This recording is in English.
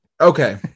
Okay